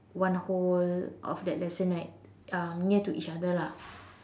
one whole of that lesson right um near to each other lah